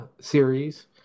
series